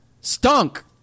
Stunk